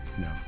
no